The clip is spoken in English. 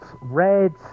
Reds